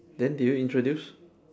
then did you introduce